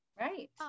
right